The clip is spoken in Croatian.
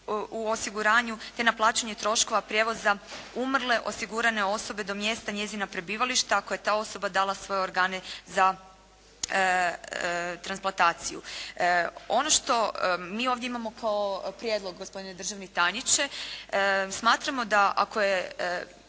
u osiguranju te na plaćanje troškova prijevoza umrle osigurane osobe do mjesta njezina prebivališta ako je ta osoba dala svoje organe za transplantaciju. Ono što mi ovdje imamo kao prijedlog gospodine državni tajniče, smatramo da ako je